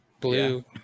blue